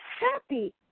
happy